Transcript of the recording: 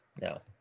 No